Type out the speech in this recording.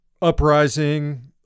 Uprising